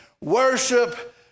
worship